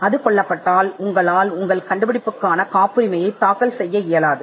அது கொல்லப்பட்டால் உங்கள் கண்டுபிடிப்புக்கு காப்புரிமையை தாக்கல் செய்ய முடியாது